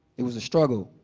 it was a struggle.